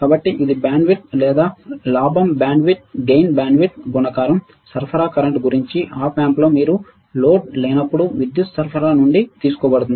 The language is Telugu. కాబట్టి ఇది మీ బ్యాండ్విడ్త్ లేదా లాభం బ్యాండ్విడ్త్ గుణకారం సరఫరా కరెంట్ గురించి ఆప్ ఆంప్లో మీ లోడ్ లేనప్పుడు విద్యుత్ సరఫరా నుండి తీసుకోబడుతుంది